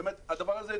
הדבר הזה,